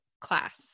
class